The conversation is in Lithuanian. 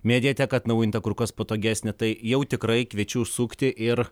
mediateka atnaujinta kur kas patogesnė tai jau tikrai kviečiu užsukti ir